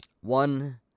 one